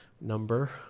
number